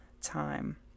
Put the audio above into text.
time